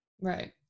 Right